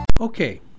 Okay